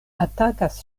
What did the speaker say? atakas